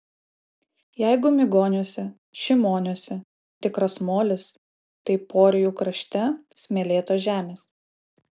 jeigu migoniuose šimoniuose tikras molis tai porijų krašte smėlėtos žemės